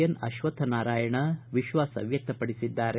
N Ashwath Narayana ವಿಶ್ವಾಸ ವ್ಯಕ್ತಪಡಿಸಿದ್ದಾರೆ